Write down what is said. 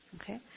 Okay